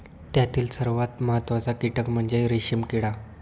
त्यातील सर्वात महत्त्वाचा कीटक म्हणजे रेशीम किडा